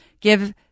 give